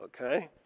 Okay